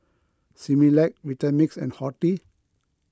Similac Vitamix and Horti